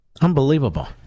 Unbelievable